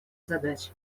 задач